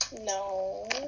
No